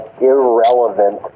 irrelevant